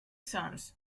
sons